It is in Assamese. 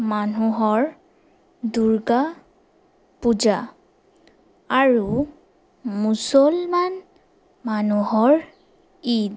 মানুহৰ দুৰ্গা পূজা আৰু মুছলমান মানুহৰ ঈদ